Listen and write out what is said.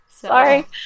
Sorry